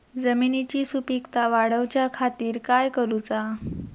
जमिनीची सुपीकता वाढवच्या खातीर काय करूचा?